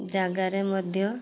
ଜାଗାରେ ମଧ୍ୟ